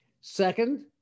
Second